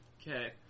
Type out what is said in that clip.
Okay